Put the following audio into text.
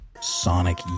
sonic